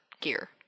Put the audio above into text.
gear